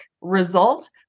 result